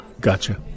Gotcha